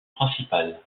principal